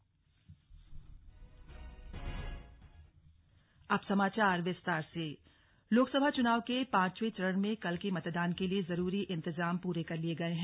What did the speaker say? slug Lok Sabha चुनाव लोकसभा चुनाव के पांचवें चरण में कल के मतदान के लिए जरूरी इंतजाम पूरे कर लिए गए हैं